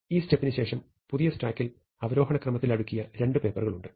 ഈ സ്റ്റെപ്പിന് ശേഷം പുതിയ സ്റ്റാക്കിൽ അവരോഹണ ക്രമത്തിൽ അടുക്കിയ 2 പേപ്പറുകൾ ഉണ്ട്